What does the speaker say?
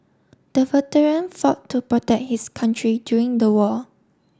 the veteran fought to protect his country during the war